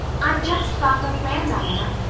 i've just thought of a plan, diana.